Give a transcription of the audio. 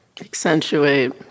accentuate